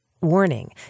Warning